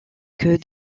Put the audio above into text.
que